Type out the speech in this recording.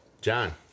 John